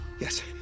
yes